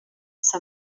san